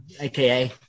aka